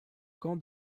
camp